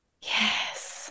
Yes